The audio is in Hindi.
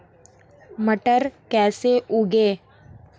मटर कैसे उगाएं?